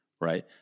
right